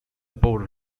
bore